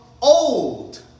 old